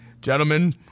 Gentlemen